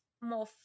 more